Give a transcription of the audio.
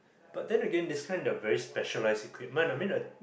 but then again this kind there're very specialized equipment I mean a